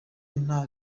nta